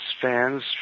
fans